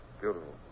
Beautiful